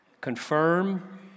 confirm